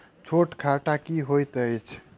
छोट खाता की होइत अछि